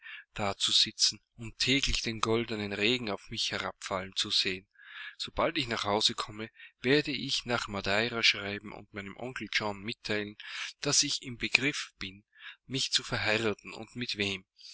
zweite dana dazusitzen und täglich den goldenen regen auf mich herabfallen zu sehen sobald ich nach hause komme werde ich nach madeira schreiben und meinem onkel john mitteilen daß ich im begriff bin mich zu verheiraten und mit wem